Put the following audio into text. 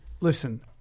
listen